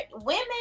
women